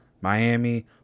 Miami